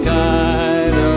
guide